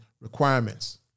requirements